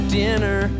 dinner